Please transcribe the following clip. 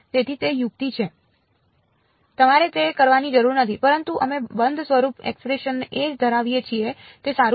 તેથી તે યુક્તિ છે તમારે તે કરવાની જરૂર નથી પરંતુ અમે બંધ સ્વરૂપ એક્સપ્રેશન ઓ ધરાવીએ છીએ તે સારું છે